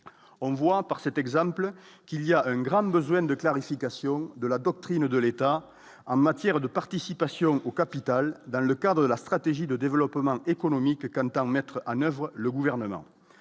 on voit par cet exemple, qu'il y a une grande besoin de clarification de la doctrine de l'État en matière de participation au capital dans le cadre de la stratégie de développement économique quant à remettre à 9 le gouvernement